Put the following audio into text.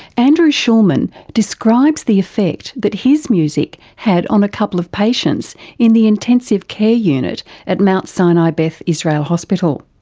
andrew schulman describes the effect that his music had on a couple of patients in the intensive care unit at mount sinai beth israel hospital.